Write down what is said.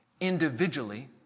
individually